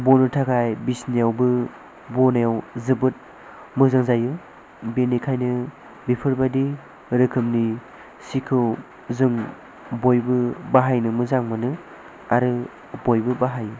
बनो थाखाय बिसिनायावबो बनायाव जोबोद मोजां जायो बेनिखायनो बेफोरबायदि रोखोमनि सिखौ जों बयबो बाहायनो मोजां मोनो आरो बयबो बाहायो